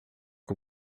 que